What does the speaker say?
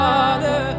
Father